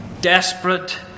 Desperate